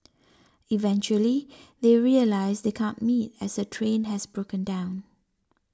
eventually they realise they can't meet as her train has broken down